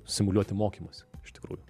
simuliuoti mokymąsi iš tikrųjų